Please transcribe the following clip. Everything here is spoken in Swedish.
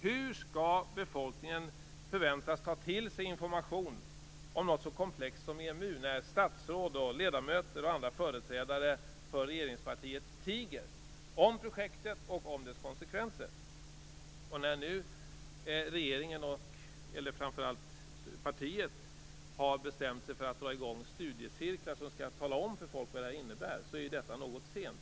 Hur skall befolkningen kunna förväntas ta till sig information om något så komplext som EMU när statsråd, ledamöter och andra företrädare för regeringspartiet tiger om projektet och dess konsekvenser? När nu regeringen, och framför allt partiet, har bestämt sig för att dra i gång studiecirklar för att folk skall få veta vad det här innebär kan jag bara säga att det kommer något sent.